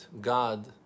God